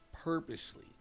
...purposely